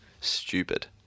stupid